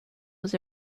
was